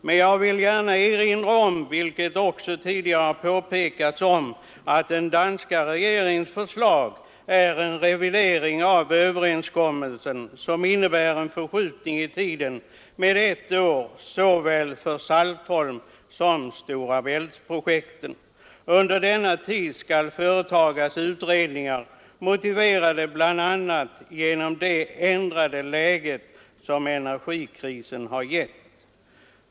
Men jag vill gärna erinra om — vilket också tidigare har påpekats — att den danska regeringens förslag är en revidering av överenskommelsen som innebär en förskjutning i tiden med ett år såväl för Saltholmssom för Stora Bält-projektet. Under denna tid skall företagas utredningar motiverade bl.a. av det ändrade läge som energikrisen har gett.